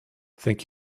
thank